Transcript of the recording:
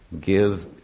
give